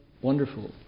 wonderful